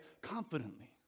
confidently